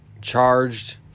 charged